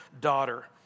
daughter